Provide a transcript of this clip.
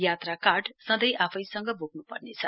यात्रा कार्ड सँधै आफैसँग बोक्नुपर्नेछ